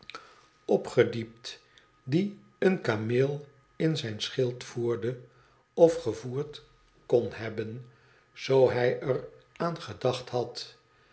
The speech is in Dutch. opgediept die een kameel in zijn schild voerde of gevoerd kon hebben zoo hij er aan gedacht had